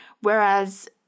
Whereas